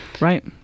Right